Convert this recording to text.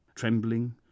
Trembling